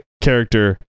Character